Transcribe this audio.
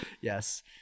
yes